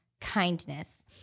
kindness